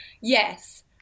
yes